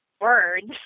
words